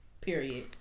Period